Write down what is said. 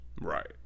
Right